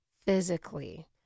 physically